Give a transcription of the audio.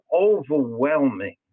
overwhelming